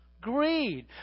Greed